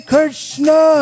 Krishna